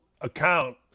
account